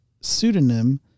pseudonym